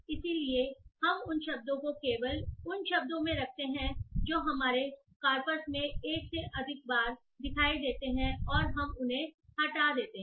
इसलिए हम उन शब्दों को केवल उन शब्दों में रखते हैं जो हमारे कॉर्पस में एक से अधिक बार दिखाई देते हैं और हम उन्हें हटा देते हैं